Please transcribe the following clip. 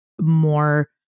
more